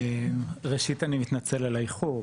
ראשית אני מתנצל על האיחור,